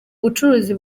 bucuruzi